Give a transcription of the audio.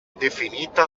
definita